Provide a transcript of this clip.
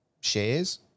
shares